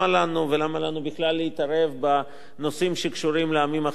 למה לנו בכלל להתערב בנושאים שקשורים לעמים אחרים,